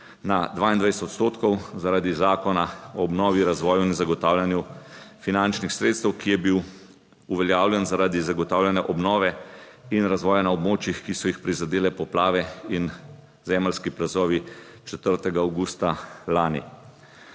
na 22 odstotkov zaradi zakona o obnovi, razvoju in zagotavljanju finančnih sredstev, ki je bil uveljavljen zaradi zagotavljanja obnove in razvoja na območjih, ki so jih prizadele poplave in zemeljski plazovi 4. avgusta lani.